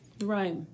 right